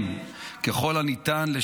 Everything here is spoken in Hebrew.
מאז 7 באוקטובר.